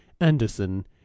anderson